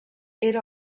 era